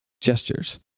gestures